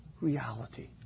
reality